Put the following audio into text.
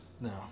No